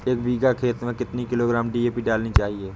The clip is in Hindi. एक बीघा खेत में कितनी किलोग्राम डी.ए.पी डालनी चाहिए?